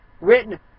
written